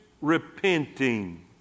Repenting